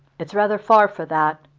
it's rather far for that,